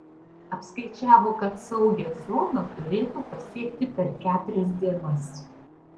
apskaičiavo kad saugią zoną turėtų pasiekti per keturias dienas